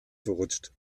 verrutscht